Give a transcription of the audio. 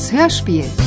Hörspiel